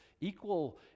equal